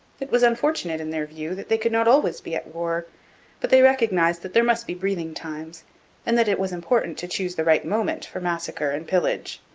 it was unfortunate, in their view, that they could not always be at war but they recognized that there must be breathing times and that it was important to choose the right moment for massacre and pillage.